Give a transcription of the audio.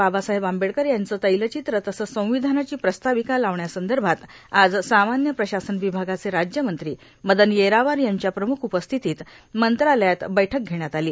बाबासाहेब आंबेडकर यांचे तैलचित्र तसेच संविधानाची प्रास्ताविका लावण्यासंदर्भात आज सामान्य प्रशासन विभागाचे राज्यमंत्री मदन येरावार यांच्या प्रमुख उपस्थितीत मंत्रालयात बैठक घेण्यात आली